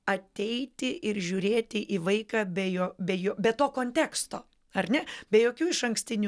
ateiti ir žiūrėti į vaiką be jo be jo be to konteksto ar ne be jokių išankstinių